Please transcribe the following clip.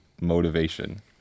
motivation